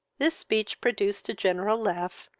this speech produced a general laugh,